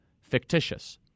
fictitious